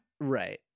Right